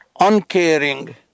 uncaring